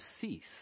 cease